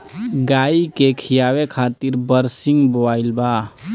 गाई के खियावे खातिर बरसिंग बोआइल बा